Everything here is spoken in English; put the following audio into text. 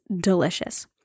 delicious